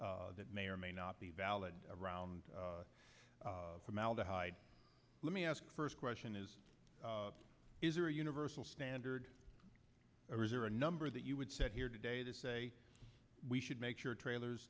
that may or may not be valid around formaldehyde let me ask first question is is there a universal standard or is there a number that you would set here today that say we should make sure trailers